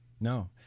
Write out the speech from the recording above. No